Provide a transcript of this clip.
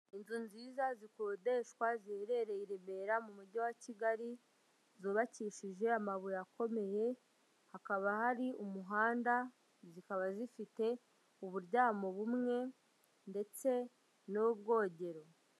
Inzu nziza zikodeshwa ziherereye i Remera mu mujyi wa Kigali, zubakishije amabuye akomeye, hakaba hari umuhanda, zikaba zifite uburyamo bumwe ndetse n'ubwogero.